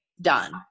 done